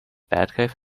batcave